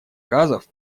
газов